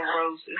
roses